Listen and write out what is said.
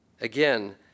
Again